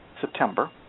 September